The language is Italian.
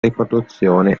riproduzione